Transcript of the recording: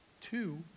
Two